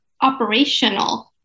operational